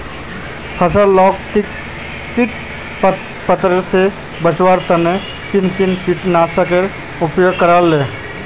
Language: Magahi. फसल लाक किट पतंग से बचवार तने किन किन कीटनाशकेर उपयोग करवार लगे?